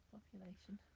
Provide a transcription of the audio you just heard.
Population